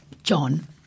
John